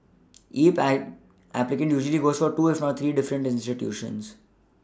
E pie applicant usually goes for two if not three different institutions